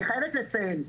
אני חייבת לציין,